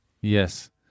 Yes